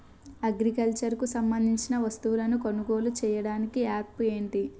Agriculture కు సంబందించిన వస్తువులను కొనుగోలు చేయటానికి యాప్లు ఏంటి?